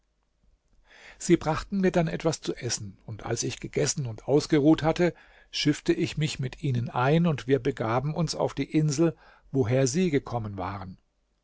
sie brachten mir dann etwas zu essen und als ich gegessen und ausgeruht hatte schiffte ich mich mit ihnen ein und wir begaben uns auf die insel woher sie gekommen waren